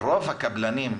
רוב הקבלנים,